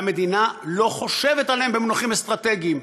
והמדינה לא חושבת עליהם במונחים אסטרטגיים.